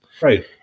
Right